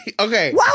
Okay